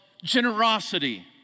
Generosity